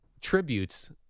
tributes